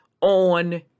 on